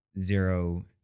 zero